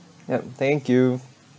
yup thank you